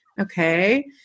Okay